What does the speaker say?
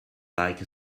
like